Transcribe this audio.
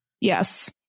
Yes